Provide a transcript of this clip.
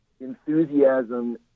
enthusiasm